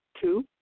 Two